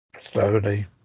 slowly